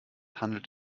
handelt